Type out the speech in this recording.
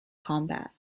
combat